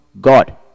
God